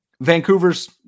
Vancouver's